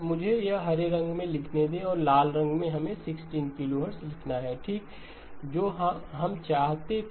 मुझे यह हरे रंग में लिखने दे और लाल रंग में हमें 16 किलोहर्ट्ज़ लिखना है ठीक जो हम चाहते थे